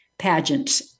pageants